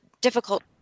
difficult